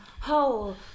whole